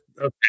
okay